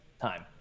time